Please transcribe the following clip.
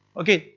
ok?